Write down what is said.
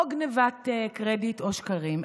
או גנבת קרדיט או שקרים,